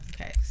Okay